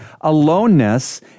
Aloneness